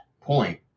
point